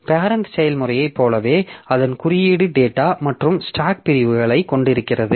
parent செயல்முறையைப் போலவே அதன் குறியீடு டேட்டா மற்றும் ஸ்டாக் பிரிவுகளைக் கொண்டிருந்தது